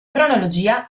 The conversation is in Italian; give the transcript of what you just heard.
cronologia